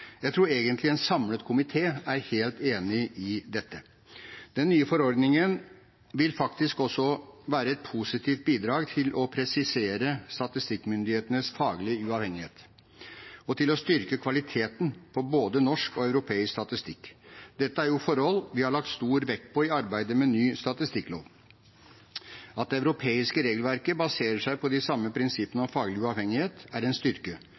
Jeg tror egentlig en samlet komité er helt enig i dette. Den nye forordningen vil faktisk også være et positivt bidrag til å presisere statistikkmyndighetenes faglige uavhengighet og til å styrke kvaliteten på både norsk og europeisk statistikk. Dette er jo forhold vi har lagt stor vekt på i arbeidet med ny statistikklov. At det europeiske regelverket baserer seg på de samme prinsippene om faglig uavhengighet, er en styrke.